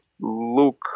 look